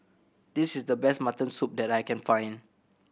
this is the best mutton soup that I can find